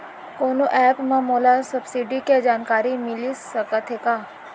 कोनो एप मा मोला सब्सिडी के जानकारी मिलिस सकत हे का?